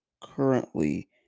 currently